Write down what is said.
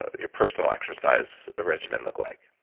your personal exercise regimen look like?